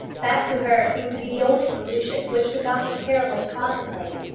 that to her seemed to be the only solution which would not be terrible to contemplate.